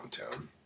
downtown